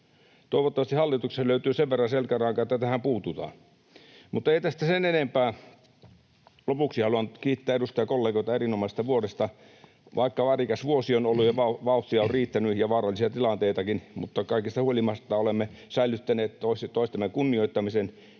Toivottavasti hallitukselta löytyy sen verran selkärankaa, että tähän puututaan. Mutta ei tästä sen enempää. Lopuksi haluan kiittää edustajakollegoita erinomaisesta vuodesta. Vaikka värikäs vuosi on ollut, vauhtia on riittänyt ja vaarallisia tilanteitakin, niin kaikesta huolimatta olemme säilyttäneet toistemme kunnioittamisen.